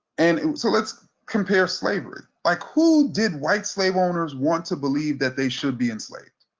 and so let's compare slavery. like who did white slave owners want to believe that they should be enslaved?